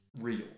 real